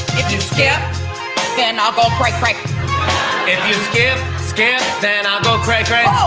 you skip then i'll go cray cray if you skip, skip then i'll go cray cray